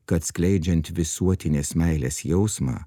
kad skleidžiant visuotinės meilės jausmą